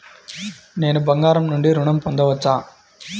నేను బంగారం నుండి ఋణం పొందవచ్చా?